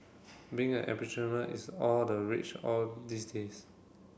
being an entrepreneur is all the rage all these days